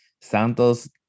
Santos